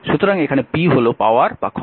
সুতরাং এখানে p হল পাওয়ার বা ক্ষমতা